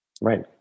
Right